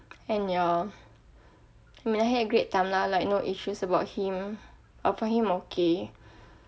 and ya we had a great time lah like no issues about him for him okay